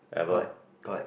correct correct